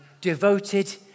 devoted